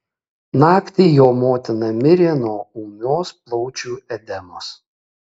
naktį jo motina mirė nuo ūmios plaučių edemos